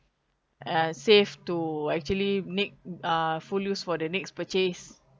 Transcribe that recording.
uh save to actually make uh full use for the next purchase